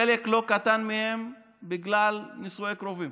חלק לא קטן מהן בגלל נישואי קרובים